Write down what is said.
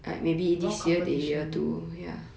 more competition ya